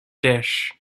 dish